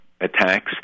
attacks